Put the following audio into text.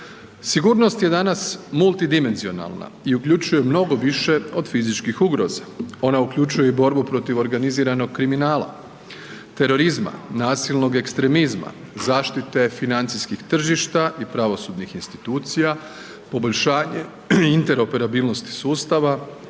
Sigurnost je danas multidimenzionalna i uključuje mnogo više od fizičkih ugroza. Ona uključuje i borbu protiv organiziranog kriminala, terorizma, nasilnog ekstremizma, zaštite financijskih tržišta i pravosudnih institucija, poboljšanje interoperabilnosti sustava,